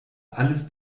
alles